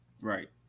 Right